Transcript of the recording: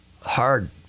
hard